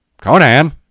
Conan